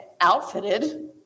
Outfitted